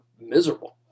miserable